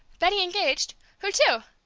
betty engaged? who to?